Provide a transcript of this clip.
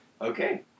Okay